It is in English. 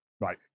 Right